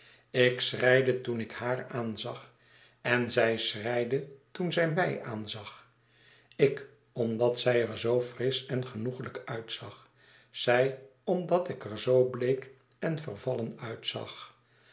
ik schreide toen ik haar aanzag en zij schreidetoen zij mij aanzag ik omdat zij er zoo frisch en genoeglijk uitzag zij omdat ik er zoo bleek en vervallen uitzag